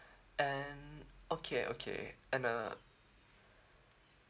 and okay okay and uh